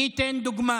אני אתן דוגמה.